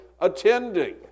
attending